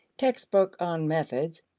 textbook on methods,